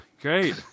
great